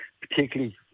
particularly